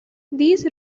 these